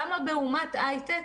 למה באומת היי-טק,